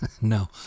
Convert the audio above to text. No